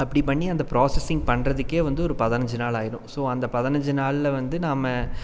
அப்படி பண்ணி அந்த புராஸஸிங் பண்ணுறதுக்கே வந்து ஒரு பதனஞ்சிநாள் ஆகிடும் ஸோ அந்த பதனஞ்சு நாள்ல வந்து நம்ம